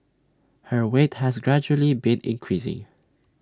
her weight has gradually been increasing